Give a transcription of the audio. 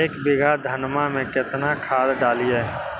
एक बीघा धन्मा में केतना खाद डालिए?